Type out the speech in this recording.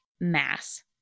mass